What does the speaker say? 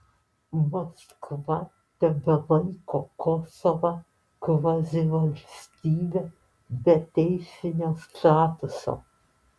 maskva tebelaiko kosovą kvazivalstybe be teisinio statuso